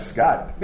Scott